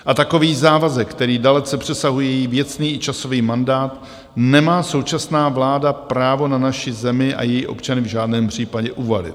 A takový závazek, který dalece přesahuje její věcný i časový mandát, nemá současná vláda právo na naši zemi a její občany v žádném případě uvalit.